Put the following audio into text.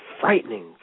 frightening